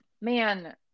man